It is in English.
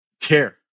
care